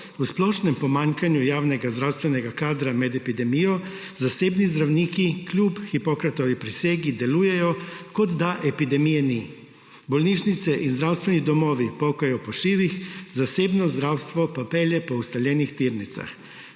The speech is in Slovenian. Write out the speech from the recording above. v splošnem pomanjkanju javnega zdravstvenega kadra med epidemijo zasebni zdravniki kljub Hipokratovi prisegi delujejo, kot da epidemije ni. Bolnišnice in zdravstveni domovi pokajo po šivih, zasebno zdravstvo pa pelje po ustaljenih tirnicah.